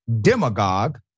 demagogue